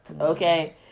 Okay